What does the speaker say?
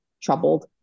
troubled